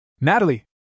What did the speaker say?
Natalie